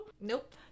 Nope